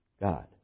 God